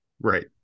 right